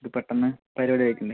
ഇത് പെട്ടെന്ന് പഴയ പോലെ ആയിരിക്കില്ലേ